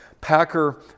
Packer